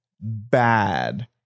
bad